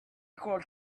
called